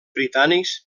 britànics